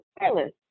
wireless